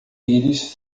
íris